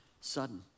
sudden